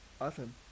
Awesome